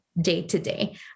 day-to-day